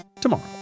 tomorrow